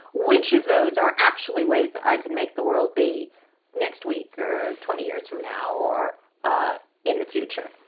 which of those are actually ways that i could make the world be next week, or twenty years from now, or ah in the future?